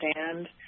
understand